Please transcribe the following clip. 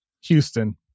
Houston